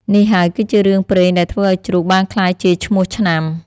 នេះហើយគឺជារឿងព្រេងដែលធ្វើឱ្យជ្រូកបានក្លាយជាឈ្មោះឆ្នាំ។